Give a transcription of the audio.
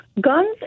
guns